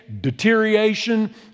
deterioration